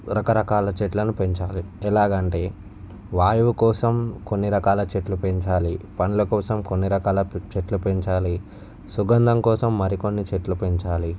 రకరకాల చెట్లను పెంచాలి ఎలాగా అంటే వాయువు కోసం కొన్ని రకాల చెట్లు పెంచాలి పండ్ల కోసం కొన్ని రకాల చెట్లు పెంచాలి సుగంధం కోసం మరికొన్ని చెట్లు పెంచాలి